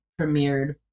premiered